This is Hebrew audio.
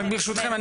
רק ברשותכם,